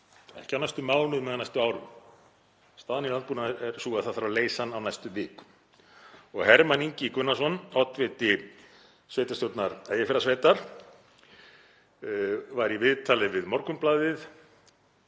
ekki á næstu mánuðum eða næstu árum. Staðan í landbúnaði er sú að það þarf að leysa hann á næstu vikum. Hermann Ingi Gunnarsson, oddviti sveitarstjórnar Eyjafjarðarsveitar, var í viðtali við Morgunblaðið